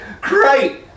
Great